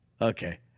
Okay